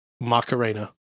Macarena